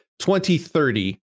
2030